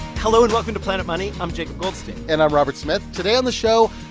hello, and welcome to planet money. i'm jacob goldstein and i'm robert smith. today on the show,